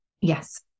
Yes